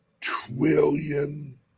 trillion